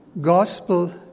gospel